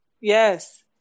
Yes